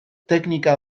teknika